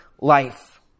life